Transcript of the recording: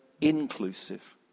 Inclusive